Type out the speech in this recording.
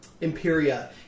Imperia